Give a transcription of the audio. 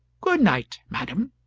good-night, madam.